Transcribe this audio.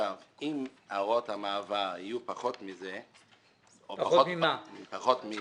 אם הוראות המעבר יהיו פחות מ-100 חודשים, כלומר